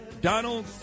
Donald